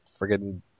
friggin